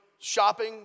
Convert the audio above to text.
shopping